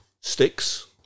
sticks